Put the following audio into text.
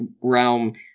Realm